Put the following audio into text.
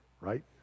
right